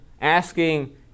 asking